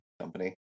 company